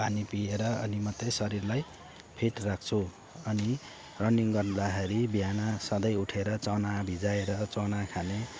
पानी पिएर अनि मात्रै शरीरलाई फिट राख्छु अनि रनिङ्ग गर्दाखेरि बिहान सधैँ उठेर चना भिजाएर चना खाने